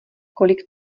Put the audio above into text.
kolik